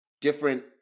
different